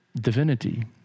divinity